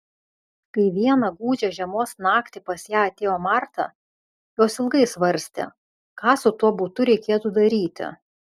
kai vieną gūdžią žiemos naktį pas ją atėjo marta jos ilgai svarstė ką su tuo butu reikėtų daryti